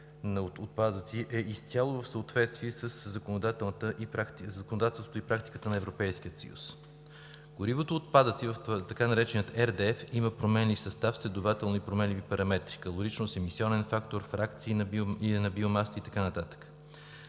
е изцяло в съответствие със законодателството и практиките на Европейския съюз. Горивото от отпадъци в така наречената RDF има променлив състав, следователно и променливи параметри – калоричност, емисионен фактор, фракция на биомаса и така